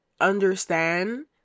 understand